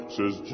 Says